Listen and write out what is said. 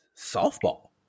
softball